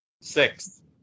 Six